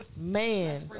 man